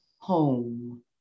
home